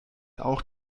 auch